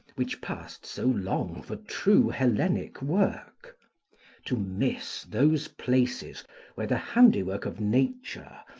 which passed so long for true hellenic work to miss those places where the handiwork of nature,